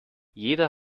jeder